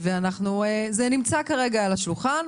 זה נמצא כרגע על השולחן,